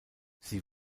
sie